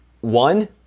one